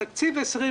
תקציב 2020,